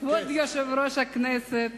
כבוד יושב-ראש הכנסת,